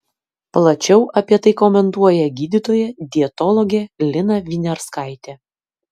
plačiau apie tai komentuoja gydytoja dietologė lina viniarskaitė